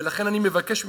ולכן אני מבקש ממך,